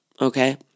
okay